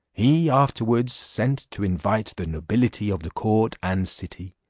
he afterwards sent to invite the nobility of the court and city,